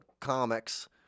comics